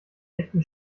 echten